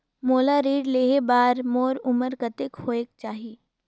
मोला ऋण लेहे बार मोर उमर कतेक होवेक चाही?